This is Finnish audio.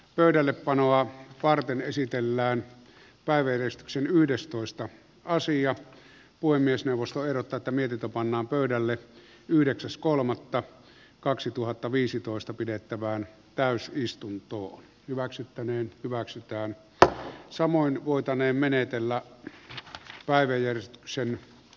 pöydällepanoa varten esitellään päivystyksen yhdestoista asiat voi myös neuvosto ero tätä mietitä pannaan pöydälle yhdeksäs kolmannetta kaksituhattaviisitoista pidettävään täysistunto hyväksyttäneen hyväksytään että samoin voitaneen keskeytetään ja päivystyksen